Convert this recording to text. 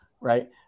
Right